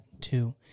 two